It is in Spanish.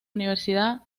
universidad